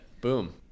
boom